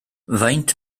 faint